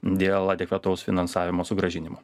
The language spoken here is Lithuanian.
dėl adekvataus finansavimo sugrąžinimo